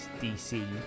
DC